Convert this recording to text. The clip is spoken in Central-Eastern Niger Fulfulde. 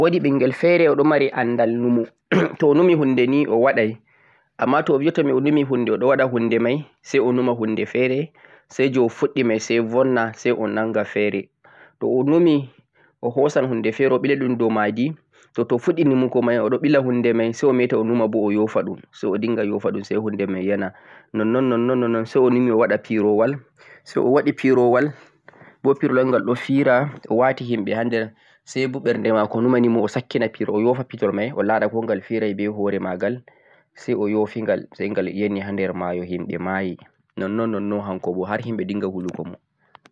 woodi ɓinngel feere o ɗo woodi anndal numo, to o numi huunde o ni waɗay, ammaa to jotta o numi huunde o ɗo waɗa huunde may say o numa huunde feere say jee o fuɗɗi may say bonna say o nannga feere. to o numi o hoosan huunde feere o ɓila ɗum dow ma ji to to o fuɗɗi numugo may o ɗo ɓila hunɗe may say o meta o numa bo o yo fa ɗum say o dinnga yofa ɗum say huunde may yana nonnon nonnon nonnon say o numi o waɗa pirowal say o waɗi pirowal bo pirowal bo ɗo fi ra, o wati himɓe haa nder say bo ɓerde ma konimani mo o sakkina pirowal, o yo'fa pirowal may o laara pirowal may ko gal fi ray be hoore ma gal, say o yo'fi say gal yeni haa nder maayo himɓe ma yi nonnon nonnon hanko bo har himɓe dinnga hulugomo.